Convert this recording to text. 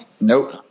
nope